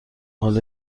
حالا